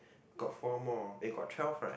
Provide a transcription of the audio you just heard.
got four more eh got twelve right